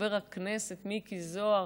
חבר הכנסת מיקי זוהר,